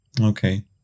Okay